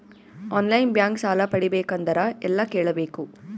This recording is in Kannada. ಆನ್ ಲೈನ್ ಬ್ಯಾಂಕ್ ಸಾಲ ಪಡಿಬೇಕಂದರ ಎಲ್ಲ ಕೇಳಬೇಕು?